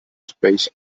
spaced